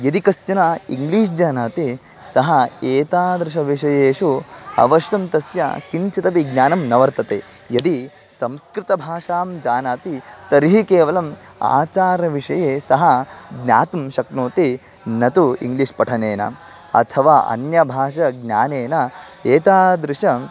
यदि कश्चन इङ्ग्लीश् जानाति सः एतादृशविषयेषु अवश्यं तस्य किञ्चिदपि ज्ञानं न वर्तते यदि संस्कृतभाषां जानाति तर्हि केवलम् आचारविषये सः ज्ञातुं शक्नोति न तु इङ्ग्लिष् पठनेन अथवा अन्यभाषा ज्ञानेन एतादृश